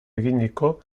eginiko